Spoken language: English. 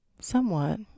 Somewhat